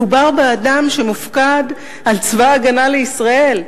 מדובר באדם שמופקד על צבא-הגנה לישראל,